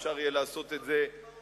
יהיה אפשר לעשות את זה בהמשך,